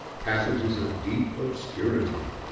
passages of deep obscurity,